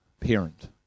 parent